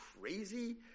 crazy